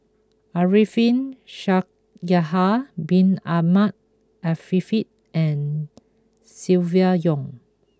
Arifin Shaikh Yahya Bin Ahmed Afifi and Silvia Yong